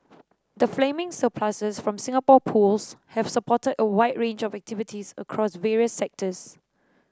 the gaming surpluses from Singapore Pools have supported a wide range of activities across various sectors